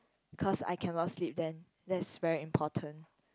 because I cannot sleep then that's very important